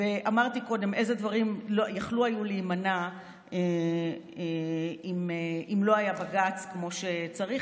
אמרתי קודם איזה דברים היו יכולים להימנע אם לא היה בג"ץ כמו שצריך,